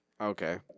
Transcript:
Okay